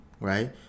right